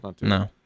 No